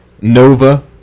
Nova